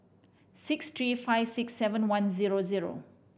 six three five six seven one zero zero